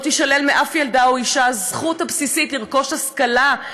לא תישלל מאף ילדה או אישה הזכות הבסיסית לרכוש השכלה,